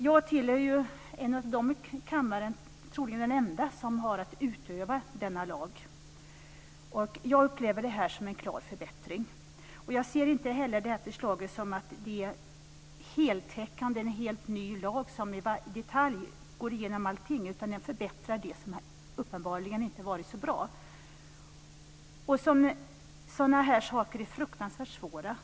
Jag är troligen den enda här i kammaren som har att tillämpa denna lag, och jag upplever den som en klar förbättring. Jag ser inte förslaget som heltäckande, som en helt ny lag där allting gås igenom i detalj, utan jag ser det som en förbättring av det som uppenbarligen inte har varit så bra. Sådana här saker är fruktanvärt svåra.